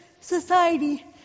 society